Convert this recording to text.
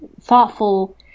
thoughtful